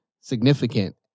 significant